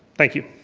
thank you.